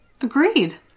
Agreed